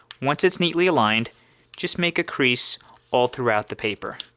once it's neatly aligned just make a crease all throughout the paper